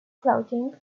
clothing